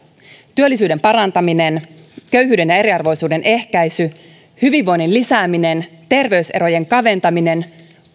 työllisyyden parantamisen köyhyyden ja eriarvoisuuden ehkäisyn hyvinvoinnin lisäämisen terveyserojen kaventamisen